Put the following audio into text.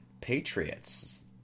Patriots